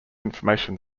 information